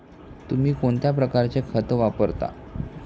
तुम्ही कोणत्या प्रकारचे खत वापरता?